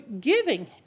giving